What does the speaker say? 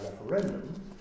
referendum